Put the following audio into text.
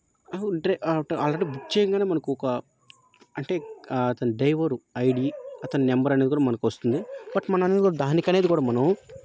already book చేయగానే మనకు ఒక అంటే అతని డ్రైవరు ఐడీ అతని నెంబర్ అనేది కూడా మనకొస్తుంది బట్ మననేది కూడా దానికనేది కూడా మనం